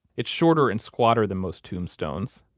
it's shorter and squatter than most tombstones,